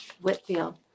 Whitfield